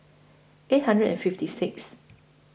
eight hundred and fifty Sixth